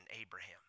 Abraham